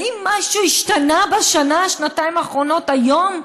האם משהו השתנה בשנה-שנתיים האחרונות, היום?